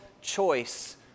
choice